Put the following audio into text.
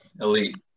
Elite